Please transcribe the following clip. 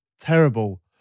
terrible